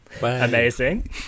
Amazing